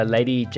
Lady